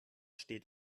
steht